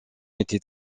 était